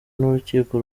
n’urukiko